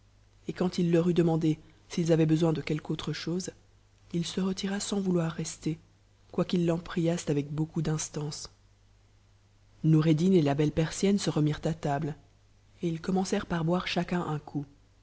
et quand il leur eut demande s'ils avaient besoin de quelque autre chose il se retira sans vouloir rester quoiqu'ils l'en priassent avec beaucoup d'instances noureddin et la belle persienne se remirent à table et ils commencèrent par boire chacun un coup